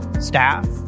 staff